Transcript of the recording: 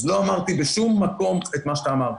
אז לא אמרתי בשום מקום את מה שאתה אמרת.